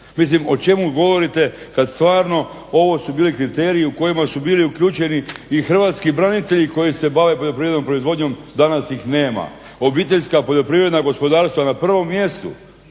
Mislim o čemu govorite kad stvarno ovo su bili kriteriji u kojima su bili uključeni i hrvatski branitelji koji se bave poljoprivrednom proizvodnjom, danas ih nema. Obiteljska poljoprivredna gospodarstva na prvom mjestu.